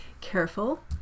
careful